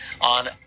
on